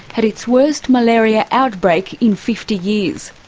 had its worst malaria outbreak in fifty years.